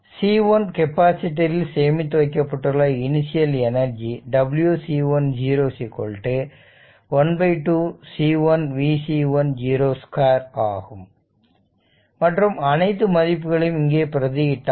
C1 capacitor இல் சேமித்து வைக்கப்பட்டுள்ள initial energy w C1 0 ½ C1 v C1 0 2 ஆகும் மற்றும் அனைத்து மதிப்புகளையும் இங்கே பிரதி இட்டால்